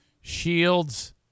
Shields